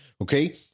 Okay